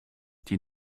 die